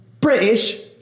British